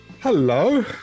Hello